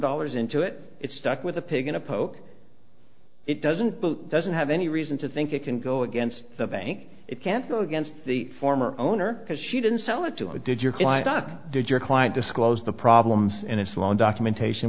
dollars into it it's stuck with a pig in a poke it doesn't doesn't have any reason to think it can go against the bank it can't go against the former owner because he didn't sell it to a did your doc did your client disclose the problems and it's long documentation